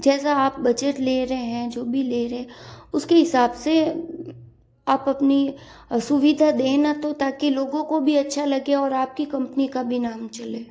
जैसा आप बजट ले रहे हैं जो भी ले रहे हैं उसके हिसाब से आप अपनी सुविधा देना तो ताकि लोगों को भी अच्छा लगे और आपकी कंपनी का भी नाम चले